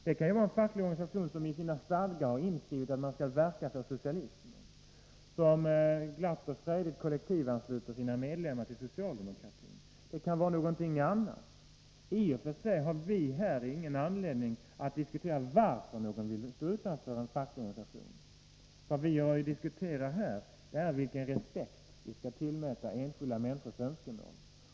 Det kan ju vara en facklig organisation som i sina stadgar har inskrivet att den skall verka för socialism, som glatt och frejdigt kollektivansluter sina medlemmar till socialdemokratin, och det kan vara någonting annat. I och för sig har vi ingen anledning att diskutera varför någon vill stå utanför en facklig organisation. Vad vi diskuterar här är vilken respekt vi skall tillmäta enskilda människors önskemål.